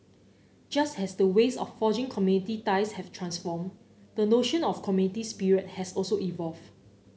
just as the ways of forging community ties have transformed the notion of community spirit has also evolved